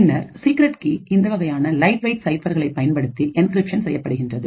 பின்னர் secret key இந்த வகையான லைட் வெயிட் சைபர்களை பயன்படுத்தி என்கிரிப்ஷன் செய்யப்படுகின்றது